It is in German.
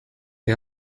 die